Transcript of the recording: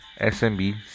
SMB